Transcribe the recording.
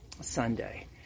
Sunday